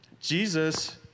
Jesus